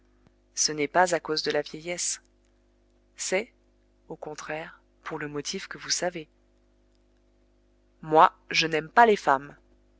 ce n'est pas à cause de la vieillesse c'est au contraire pour le motif que vous savez moi je n'aime pas les femmes